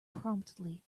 promptly